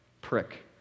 prick